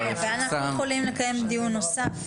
עדיין אנחנו יכולים לקיים דיון נוסף.